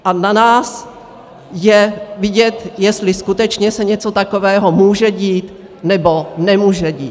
A na nás je vidět, jestli skutečně se něco takového může dít, nebo nemůže dít.